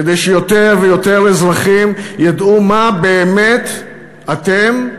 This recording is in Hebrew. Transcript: כדי שיותר ויותר אזרחים ידעו מה באמת אתם,